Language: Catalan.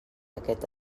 aquest